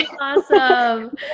awesome